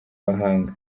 bahanga